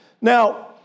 Now